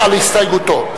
לא נתקבלה.